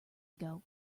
ago